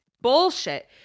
Bullshit